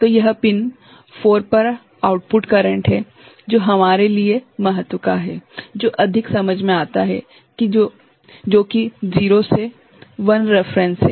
तो यह पिन 4 पर आउटपुट करंट है जो हमारे लिए महत्व का है जो अधिक समझ में आता है जो कि 0 से I रेफेरेंस है